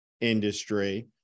industry